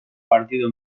partido